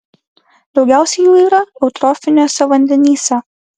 daugiausiai jų yra eutrofiniuose vandenyse